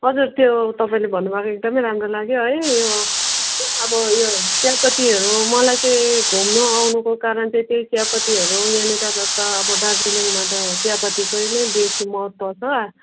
हजुर त्यो तपाईँले भन्नुभएको एकदमै राम्रो लाग्यो है यो अब यो चियापतीहरू मलाई चाहिँ घुम्नु आउनुको कारण चाहिँ त्यही चियापतीहरू यहाँनिर त छ अब दार्जिलिङमा त चियापतीकै नै बेसी महत्त्व छ